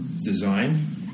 design